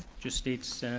just states,